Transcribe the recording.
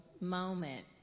moment